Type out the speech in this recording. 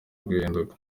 guhinduka